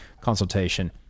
consultation